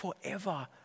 forever